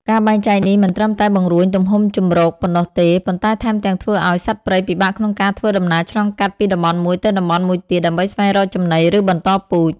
ការបែងចែកនេះមិនត្រឹមតែបង្រួញទំហំជម្រកប៉ុណ្ណោះទេ ប៉ុន្តែថែមទាំងធ្វើឲ្យសត្វព្រៃពិបាកក្នុងការធ្វើដំណើរឆ្លងកាត់ពីតំបន់មួយទៅតំបន់មួយទៀត ដើម្បីស្វែងរកចំណី ឬបន្តពូជ។